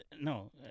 No